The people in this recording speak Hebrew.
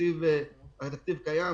התקציב קיים.